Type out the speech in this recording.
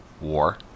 war